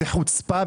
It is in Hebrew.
זה חוצפה.